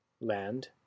Land